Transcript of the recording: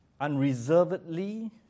unreservedly